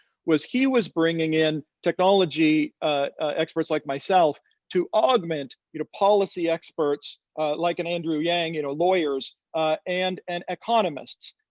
was he was bringing in technology experts like myself to augment you know policy experts like an andrew yang, you know lawyers ah and and economists.